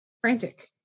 frantic